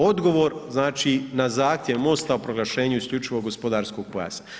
Odgovor, znači, na zahtjev MOST-a o proglašenju o isključivo gospodarskog pojasa.